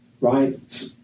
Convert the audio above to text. right